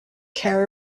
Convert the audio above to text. care